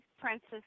princess